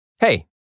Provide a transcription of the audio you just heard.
Hey